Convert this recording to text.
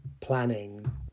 planning